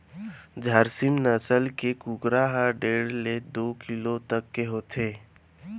झारसीम नसल के कुकरा ह डेढ़ ले दू किलो तक के होथे